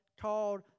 called